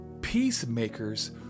peacemakers